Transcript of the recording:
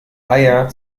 eier